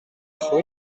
rue